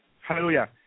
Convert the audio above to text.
hallelujah